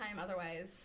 Otherwise